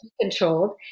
controlled